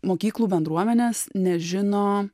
mokyklų bendruomenės nežino